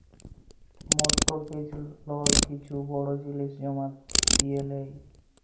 mortgage লল কিছু বড় জিলিস জমা দিঁয়ে লেই